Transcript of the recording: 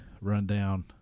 rundown